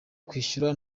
kwishyura